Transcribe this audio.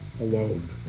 alone